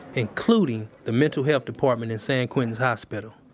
including the mental health department in san quentin's hospital